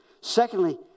Secondly